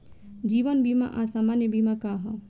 जीवन बीमा आ सामान्य बीमा का ह?